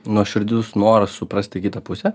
nuoširdus noras suprasti kitą pusę